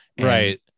Right